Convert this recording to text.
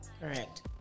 Correct